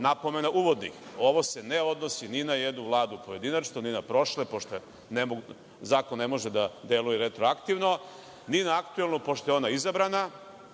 napomena uvodnih. Ovo se ne odnosi ni na jednu vladu pojedinačno, ni na prošle, pošto zakon ne može da deluje retroaktivno, ni na aktuelnu, pošto je ona izabrana,